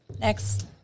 Next